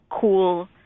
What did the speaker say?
cool